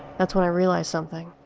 that's when i realized something,